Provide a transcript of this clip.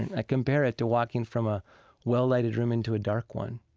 and ah compare it to walking from a well-lighted room into a dark one.